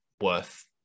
worth